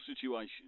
situation